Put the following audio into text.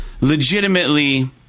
legitimately